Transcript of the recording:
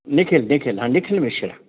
निखिलः निखिलः ह निखिलमिश्रा